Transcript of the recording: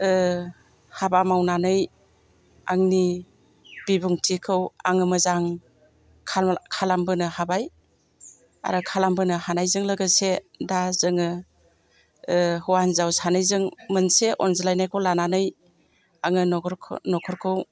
हाबा मावनानै आंनि बिबुंथिखौ आङो मोजां खालामबोनो हाबाय आरो खालामबोनो हानायजों लोगोसे दा जोङो हौवा हिनजाव सानैजों मोनसे अनज्लायनायखौ लानानै आङो न'खरखौ